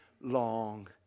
long